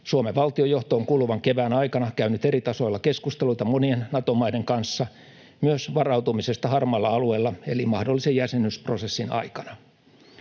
Suomen valtiojohto on kuluvan kevään aikana käynyt eri tasoilla keskusteluita monien Nato-maiden kanssa — myös varautumisesta harmaalla alueella eli mahdollisen jäsenyysprosessin aikana.